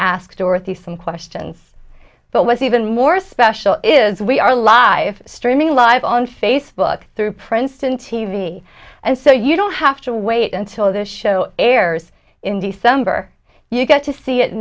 ask dorothy some questions but what's even more special is we are live streaming live on facebook through princeton t v and so you don't have to wait until the show airs in december you got to see it